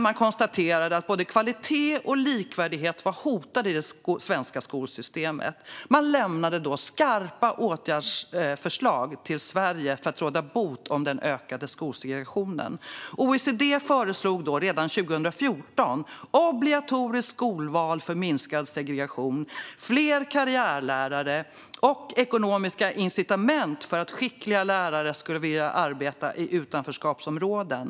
Man konstaterade att både kvalitet och likvärdighet var hotade i det svenska skolsystemet. Man lämnade då skarpa åtgärdsförslag till Sverige för att råda bot på den ökade skolsegregationen. OECD föreslog redan 2014 obligatoriskt skolval för minskad segregation, fler karriärlärare och ekonomiska incitament för att skickliga lärare skulle vilja arbeta i utanförskapsområden.